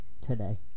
Today